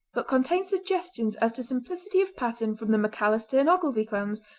but contained suggestions as to simplicity of pattern from the macalister and ogilvie clans,